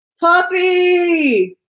Puppy